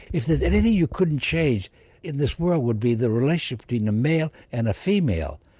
if there's anything you couldn't change in this world would be the relationship between a male and a female.